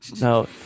No